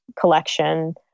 collection